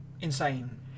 Insane